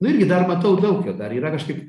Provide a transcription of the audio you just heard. nu irgi dar matau daug dar yra kažkaip